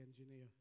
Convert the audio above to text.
engineer